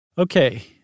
Okay